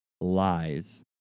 lies